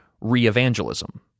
re-evangelism